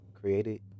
created